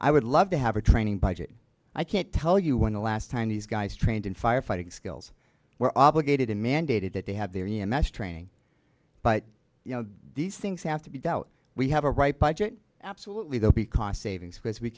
i would love to have a training budget i can't tell you when the last time these guys trained in firefighting skills were obligated in mandated that they have their training but you know these things have to be doubt we have a right budget absolutely they'll be cost savings because we